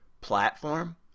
platform